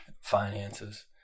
finances